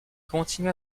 continua